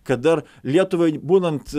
kad dar lietuvai būnant